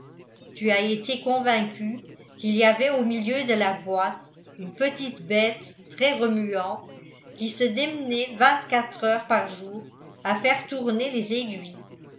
tu as été convaincue qu'il y avait au milieu de la boîte une petite bête très remuante qui se démenait vingt-quatre heures par jour à faire tourner les aiguilles